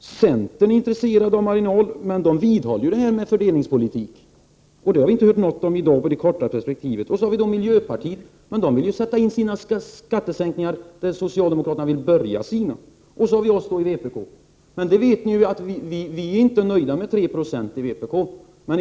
Centern är intresserad av marginalskattesänkningar, men vidhåller sin fördelningspolitik. Jag har i dag inte hört något från dem om detta i det korta perspektivet. Miljöpartiet vill sätta in sina skattesänkningar där socialdemokraterna vill börja sina. Ni vet att vi inom vpk inte är nöjda med 3 96.